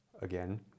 again